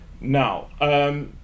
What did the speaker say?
Now